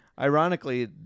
ironically